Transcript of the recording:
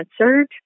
answered